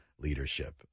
leadership